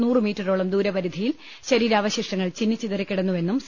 നൂറ് മീറ്ററോളം ദൂരപരിധിയിൽ ശരീരാവശിഷ്ടങ്ങൾ ചിന്നിച്ചിതറി കിടന്നുവെന്നും സി